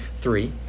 three